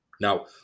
Now